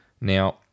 Now